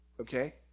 okay